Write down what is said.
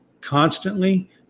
constantly